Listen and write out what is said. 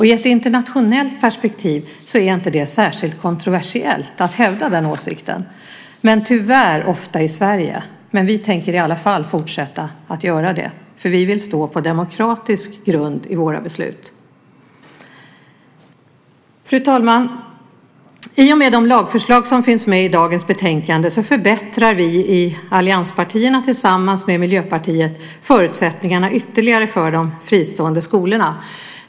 I ett internationellt perspektiv är det inte särskilt kontroversiellt att hävda den åsikten, men tyvärr ofta i Sverige. Vi tänker i alla fall fortsätta att göra det, för vi vill stå på demokratisk grund i våra beslut. Fru talman! I och med de lagförslag som finns med i dagens betänkande förbättrar vi i allianspartierna tillsammans med Miljöpartiet förutsättningarna ytterligare för de fristående skolorna.